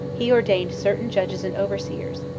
he ordained certain judges and overseers,